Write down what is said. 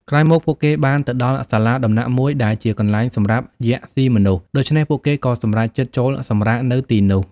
ក្រោយមក ពួកគេបានទៅដល់សាលាដំណាក់មួយដែលជាកន្លែងសម្រាប់យក្សស៊ីមនុស្ស ដូច្នេះពួកគេក៏សម្រេចចិត្តចូលសម្រាកនៅទីនោះ។